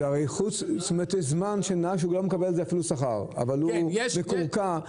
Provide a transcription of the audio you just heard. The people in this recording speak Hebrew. זה זמן שהנהג לא מקבל עליו אפילו שכר אבל הוא מקורקע.